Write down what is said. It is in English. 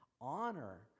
honor